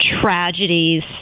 tragedies